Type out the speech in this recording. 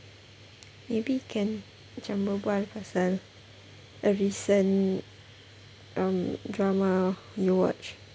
maybe can macam berbual pasal a recent um drama you watched